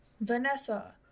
Vanessa